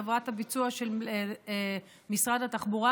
חברת הביצוע של משרד התחבורה,